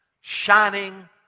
shining